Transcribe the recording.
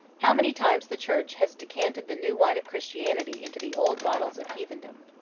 how many times the church has decanted the new wine of christianity into the old bottles of heathendom.